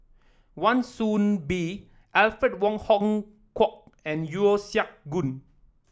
Wan Soon Bee Alfred Wong Hong Kwok and Yeo Siak Goon